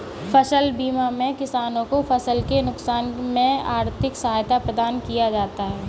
फसल बीमा में किसानों को फसल के नुकसान में आर्थिक सहायता प्रदान किया जाता है